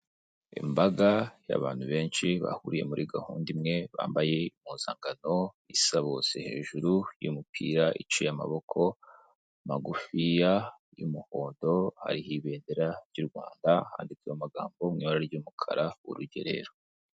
Imbaga y'abantu benshi bahuriye muri gahunda imwe, bambaye impuzankano isa bose hejuru y'umupira iciye amaboko magufiys y'umuhondo; hariho ibendera ry'u Rwanda, handitsweho amagambo mu ibara ry'umukara "urugerero".